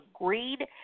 agreed